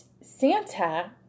Santa